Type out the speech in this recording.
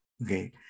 Okay